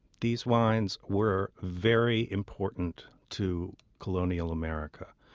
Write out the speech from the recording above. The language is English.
these wines were very important to colonial america.